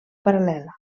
paral·lela